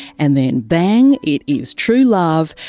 and then, bang, it is true love,